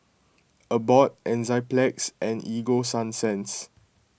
Abbott Enzyplex and Ego Sunsense